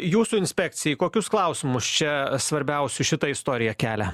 jūsų inspekcijai kokius klausimus čia svarbiausių šita istorija kelia